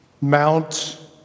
Mount